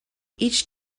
each